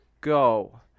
Go